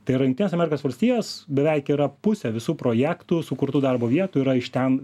tai yra jungtinės amerikos valstijos beveik yra pusė visų projektų sukurtų darbo vietų yra iš ten